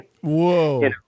Whoa